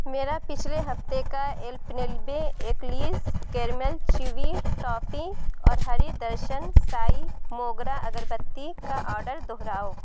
میرا پچھلے ہفتے کا Alpenliebe eclairs caramel chewy toffee اور ہری درشن سائی موگرہ اگر بتی کا آڈر دہراؤ